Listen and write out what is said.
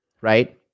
right